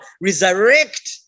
resurrect